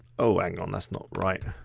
oh, hang on, that's not right.